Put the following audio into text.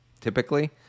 typically